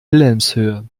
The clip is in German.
wilhelmshöhe